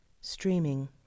streaming